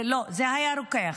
זה לא היה רופא?